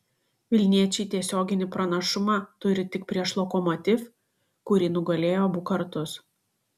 vilniečiai tiesioginį pranašumą turi tik prieš lokomotiv kurį nugalėjo abu kartus